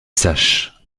sache